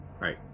Right